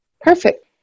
Perfect